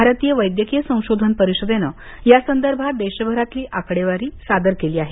भारतीय वैद्यकीय परिषदेनं यासंदर्भात देशभरातली आकडेवारी सादर केली आहे